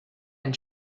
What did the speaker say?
and